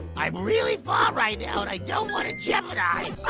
i'm really far right now and i don't wanna jeopardize. aw,